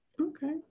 okay